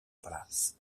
palace